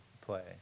play